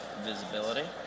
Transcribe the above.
visibility